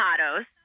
avocados